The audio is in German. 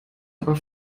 aber